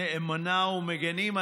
תודה אדוני היושב-ראש.